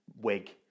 wig